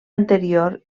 anterior